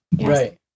right